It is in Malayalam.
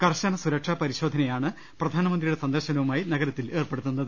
കർശന സുരക്ഷാ പരിശോധനയാണ് പ്രധാനമന്ത്രിയുടെ സന്ദർശനവുമായി നഗരത്തിൽ ഏർപ്പെടുത്തുന്നത്